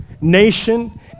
nation